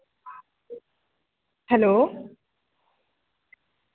hello